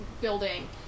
building